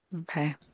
Okay